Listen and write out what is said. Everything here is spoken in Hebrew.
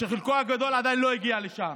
וחלק גדול עדיין לא הגיע לשם.